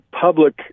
public